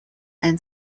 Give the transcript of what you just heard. and